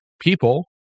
people